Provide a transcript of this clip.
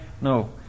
No